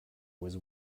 was